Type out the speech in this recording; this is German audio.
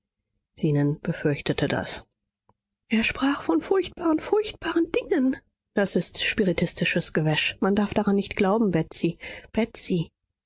zenon befürchtete das er sprach von furchtbaren furchtbaren dingen das ist spiritistisches gewäsch man darf daran nicht glauben betsy